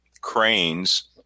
cranes